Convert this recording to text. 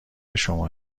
شما